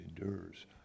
endures